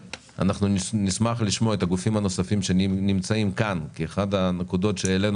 ביום חמישי ונותנות מענה לסוגיות שעלו כאן בדיון,